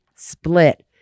split